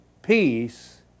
Peace